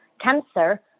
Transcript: cancer